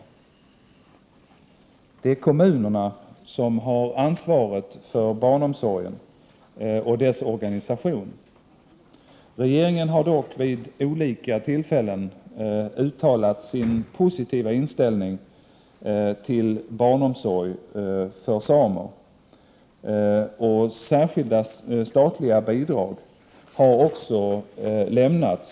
Det är kommunerna som har ansvaret för barnomsorgen och dess organisation. Regeringen har dock vid olika tillfällen uttalat sin positiva inställning till barnomsorg för samer, och särskilda statliga bidrag har också — Prot.